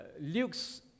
Luke's